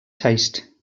taste